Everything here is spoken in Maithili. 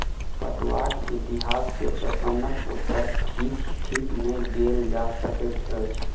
पटुआक इतिहास के प्रश्नक उत्तर ठीक ठीक नै देल जा सकैत अछि